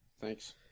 Thanks